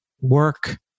work